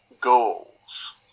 goals